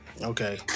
Okay